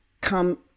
come